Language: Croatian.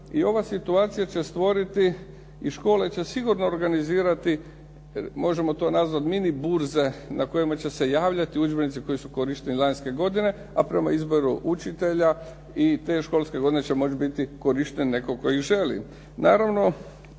i ova situacija će stvoriti i škole će sigurno organizirati, možemo to nazvati mini burze na kojima će se javljati udžbenici koji su korišteni lanjske godine, a prema izboru učitelja i te školske godine će moć biti korištene ukoliko ih želi.